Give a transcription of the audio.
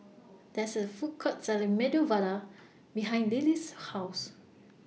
There IS A Food Court Selling Medu Vada behind Lily's House